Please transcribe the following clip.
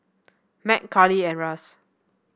Mack Karli and Russ